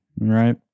right